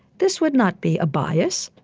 this would not be a bias.